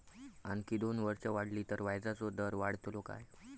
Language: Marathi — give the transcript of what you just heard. आणखी दोन वर्षा वाढली तर व्याजाचो दर वाढतलो काय?